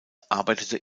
arbeitete